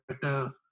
better